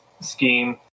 scheme